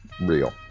real